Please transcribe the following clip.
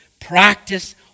Practice